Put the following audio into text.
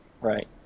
Right